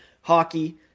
hockey